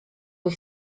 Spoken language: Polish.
ich